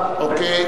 אלסאנע.